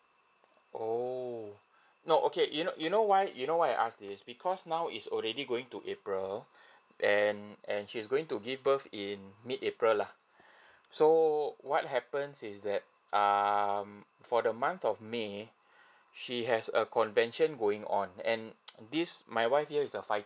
oh no okay you know you know why you know why I ask this because now it's already going to april and and she's going to give birth in mid april lah so what happens is that um for the month of may she has a convention going on and this my wife here is a fighter